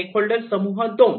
stake holders समूह 2